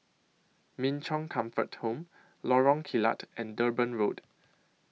Min Chong Comfort Home Lorong Kilat and Durban Road